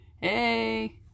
hey